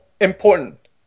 important